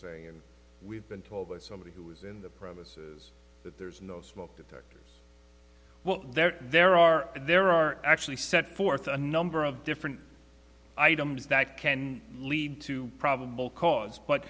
saying and we've been told by somebody who is in the premises that there's no smoke detectors while they're there are there are actually set forth a number of different items that can lead to probable cause but